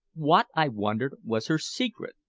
what, i wondered, was her secret?